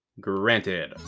Granted